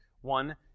One